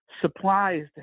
supplies